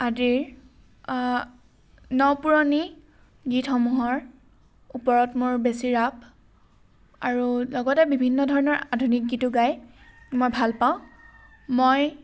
আদিৰ ন পুৰণি গীতসমূহৰ ওপৰত মোৰ বেছি ৰাপ আৰু লগতে বিভিন্ন ধৰণৰ আধুনিক গীতো গাই মই ভাল পাওঁ মই